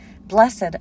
Blessed